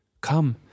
Come